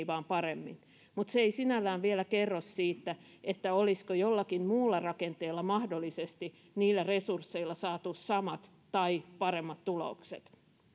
vaan paremmin mutta se ei sinällään vielä kerro siitä olisiko jollakin muulla rakenteella niillä resursseilla mahdollisesti saatu samat tai paremmat tulokset